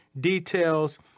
details